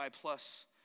plus